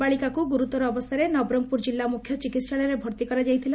ବାଳିକାକୁ ଗୁରୁତର ଅବସ୍ଥାରେ ନବରଙ୍ଗପୁର ଜିଲ୍ଲା ମୁଖ୍ୟ ଚିକିହାଳୟରେ ଭର୍ତି କରାଯାଇଥିଲା